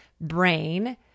brain